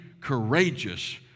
courageous